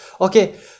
okay